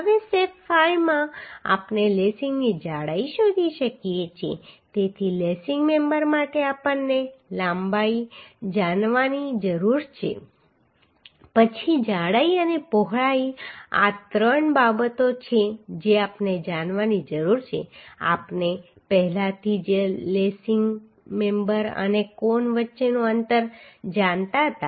હવે સ્ટેપ 5 માં આપણે લેસિંગની જાડાઈ શોધી શકીએ છીએ તેથી લેસિંગ મેમ્બર માટે આપણને લંબાઈ જાણવાની જરૂર છે પછી જાડાઈ અને પહોળાઈ આ ત્રણ બાબતો છે જે આપણે જાણવાની જરૂર છે આપણે પહેલાથી જ લેસિંગ મેમ્બર અને કોણ વચ્ચેનું અંતર જાણતા હતા